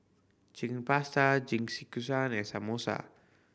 Chicken Pasta Jingisukan and Samosa